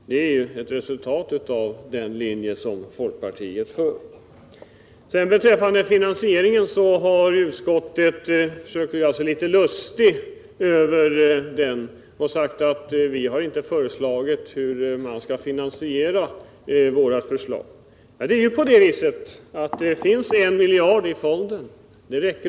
Det är ett resultat av den linje som folkpartiet följer. Beträffande finansieringen har man från utskottets sida försökt göra sig litet lustig och sagt att vi inte har nämnt hur våra förslag skall finansieras. Det finns en miljard kronor i fonden och det räcker.